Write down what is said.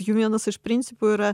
jų vienas iš principų yra